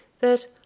that—